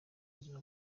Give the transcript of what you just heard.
ubuzima